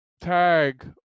TAG